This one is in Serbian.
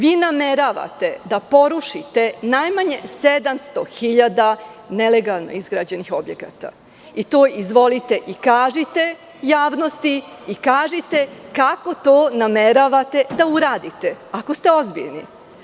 Vi nameravate da porušite najmanje 700.000 nelegalno izgrađenih objekata, i to izvolite i kažite javnosti, kažite kako to nameravate da uradite, ako ste ozbiljni.